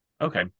Okay